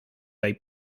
bay